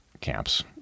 camps